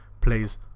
plays